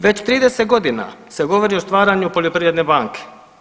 Već 30 godina se govori o stvaranju poljoprivredne banke.